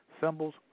symbols